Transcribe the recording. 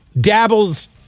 dabbles